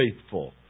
faithful